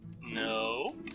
No